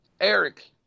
Eric –